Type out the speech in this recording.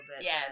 yes